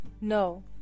No